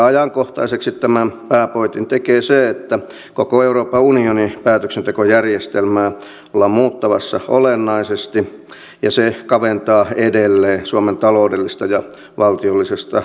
ajankohtaiseksi tämän pääpointin tekee se että koko euroopan unionin päätöksentekojärjestelmää ollaan muuttamassa olennaisesti ja se kaventaa edelleen suomen taloudellista ja valtiollista itsenäisyyttä